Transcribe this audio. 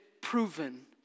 proven